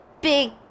big